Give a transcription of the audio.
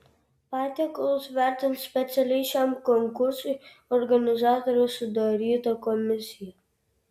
patiekalus vertins specialiai šiam konkursui organizatorių sudaryta komisija